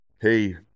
hey